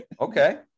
Okay